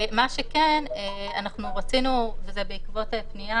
מה שכן, רצינו, וזה בעקבות פנייה